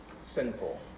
sinful